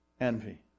Envy